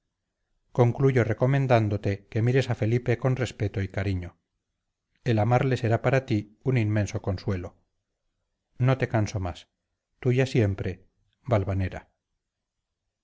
concluyo recomendándote que mires a felipe con respeto y cariño el amarle será para ti un inmenso consuelo no te canso más tuya siempre valvanera